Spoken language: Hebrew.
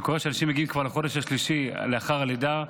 קורה שנשים מגיעות כבר לחודש השלישי שלאחר הלידה,